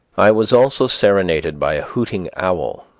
i was also serenaded by a hooting owl.